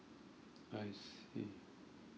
I see